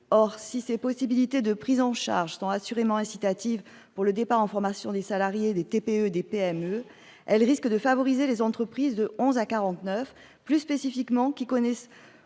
Or, si ces possibilités de prise en charge sont assurément incitatives pour le départ en formation des salariés des TPE et des PME, elles risquent de favoriser plus spécifiquement les entreprises de 11 à 49 salariés, qui connaissent